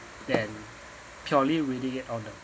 than purely reading it on the